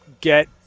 get